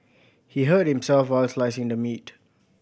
he hurt himself while slicing the meat